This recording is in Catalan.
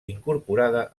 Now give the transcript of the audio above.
incorporada